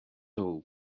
all